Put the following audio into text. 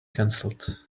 canceled